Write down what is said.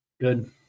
Good